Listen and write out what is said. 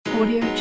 Audio